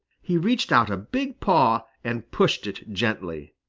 he reached out a big paw and pushed it gently.